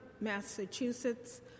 Massachusetts